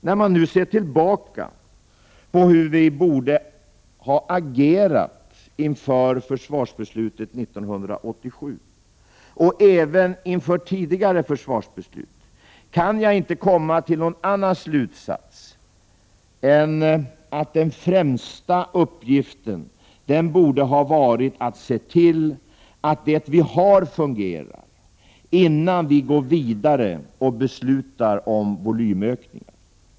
När man nu ser tillbaka på hur vi borde ha agerat inför försvarsbeslutet 1987 och även inför tidigare försvarsbeslut kan jag inte komma till någon annan slutsats än att den främsta uppgiften borde ha varit att se till att det som vi har fungerar innan vi går vidare och beslutar om volymökningar.